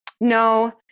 No